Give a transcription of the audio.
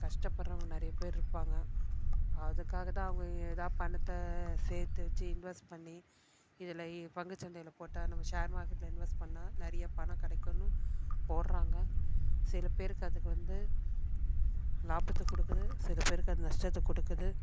கஷ்ட படுறவங்க நிறைய பேர் இருப்பாங்கள் அதுக்காகதான் அவங்க எதாது பணத்தை சேர்த்து வச்சு இன்வெஸ்ட் பண்ணி இதில் இ பங்குச் சந்தையில் போட்டால் நம்ம ஷேர் மார்க்கெட்ல இன்வெஸ்ட் பண்ணால் நிறைய பணம் கிடைக்குன்னும் போடுறாங்க சில பேருக்கு அதுக்கு வந்து லாபத்தை கொடுக்குது சில பேருக்கு அது நஷ்டத்தை கொடுக்குது